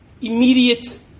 immediate